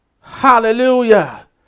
Hallelujah